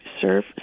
serve